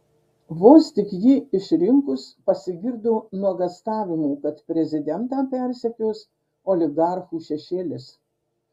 vos tik jį išrinkus pasigirdo nuogąstavimų kad prezidentą persekios oligarchų šešėlis